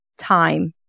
time